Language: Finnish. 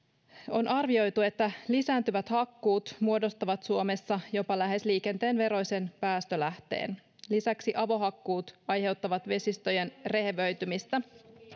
on arvioitu että lisääntyvät hakkuut muodostavat suomessa jopa lähes liikenteen veroisen päästölähteen lisäksi avohakkuut aiheuttavat vesistöjen rehevöitymistä